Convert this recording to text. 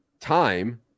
time